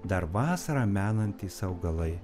dar vasarą menantys augalai